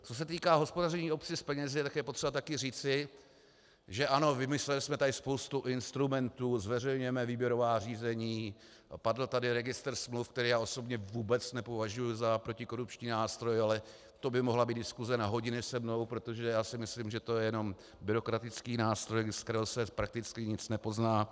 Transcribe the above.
Co se týká hospodaření obcí s penězi, tak je také potřeba říci, že ano, vymysleli jsme tady spoustu instrumentů, zveřejňujeme výběrová řízení, padl tady registr smluv, který já osobně vůbec nepovažuji za protikorupční nástroj, ale to by mohla být diskuse na hodiny se mnou, protože já si myslím, že to je jen byrokratický nástroj, z kterého se prakticky nic nepozná.